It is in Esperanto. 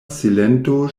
silento